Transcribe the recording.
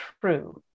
true